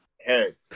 Hey